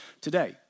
today